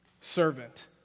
servant